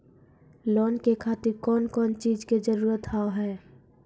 Loan के खातिर कौन कौन चीज के जरूरत हाव है?